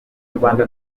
rwanda